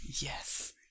Yes